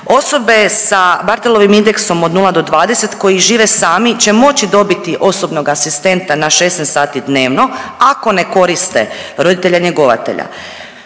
Osobe sa Barthelovim indeksom od 0 do 20 koji žive sami će moći dobiti osobnog asistenta na 16 sati dnevno ako ne koriste roditelja njegovatelja.